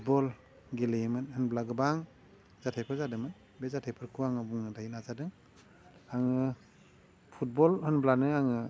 football गेलेयोमोन होमब्ला गोबां जाथाइफोर जादों बे जाथाइफोरखौ आङो बुंनो दायो नाजादों आङो फुटबल होनब्लानो आङो